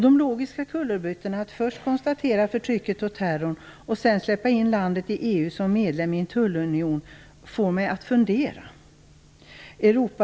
De logiska kullerbyttorna att först konstatera att det förekommer förtryck och terror och sedan släppa in landet i EU som medlem i en tullunion får mig att fundera.